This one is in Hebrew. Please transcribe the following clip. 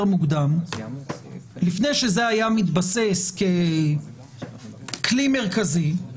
מוקדם לפני שזה היה מתבסס ככלי מרכזי יכול